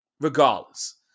regardless